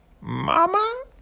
mama